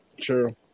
True